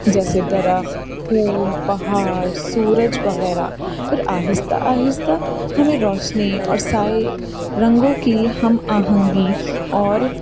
جیسے درخت پھول پہاڑ سورج وغیرہ پھر آہستہ آہستہ ہمیں روشنی اور سائے رنگوں کی ہم آہنگی اور